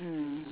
mm